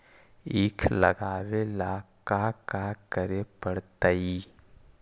ईख लगावे ला का का करे पड़तैई?